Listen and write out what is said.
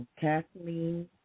Kathleen